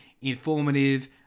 informative